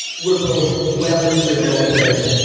we're both well into adulthood.